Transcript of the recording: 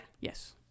yes